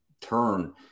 turn